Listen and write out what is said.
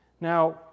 Now